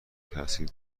تاثیر